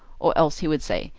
or else he would say,